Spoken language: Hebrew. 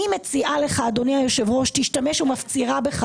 אני מזהירה ומפצירה בך